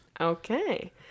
Okay